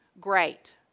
Great